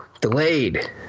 delayed